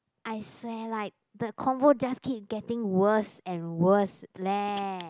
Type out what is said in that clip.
I swear like the convo just keep getting worse and worse leh